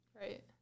Right